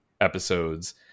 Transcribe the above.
episodes